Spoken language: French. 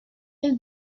elle